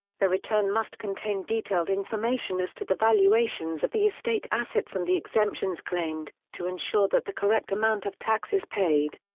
the return must contain detailed information as to the valuations of the estate assets and the exemptions claimed, to ensure that the correct amount of tax is paid.